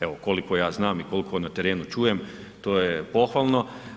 Evo, koliko ja znam i koliko na terenu čujem to je pohvalno.